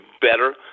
better